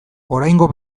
oraingo